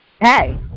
hey